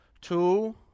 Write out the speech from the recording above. two